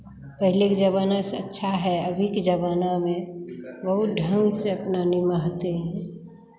पहले के ज़माना से अच्छा है अभी के ज़माना में बहुत ढंग से अपना निभाते हैं